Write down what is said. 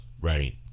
Right